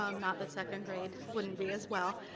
um not that second grade wouldn't be as well,